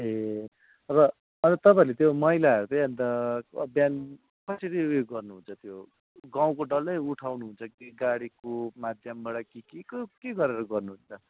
ए र अन्त तपाईँहरूले त्यो मैलाहरू चाहिँ अन्त बिहान कसरी उयो गर्नुहुन्छ त्यो गाउँको डल्लै उठाउनुहुन्छ कि गाडीको माध्यमबाट कि केको के गरेर गर्नुहुन्छ